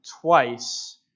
twice